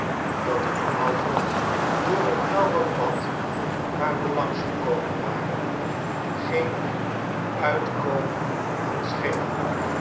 dat er behalve door t nauwe pad waar we langs gekomen waren geen uitkomen aan